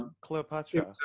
Cleopatra